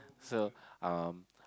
so um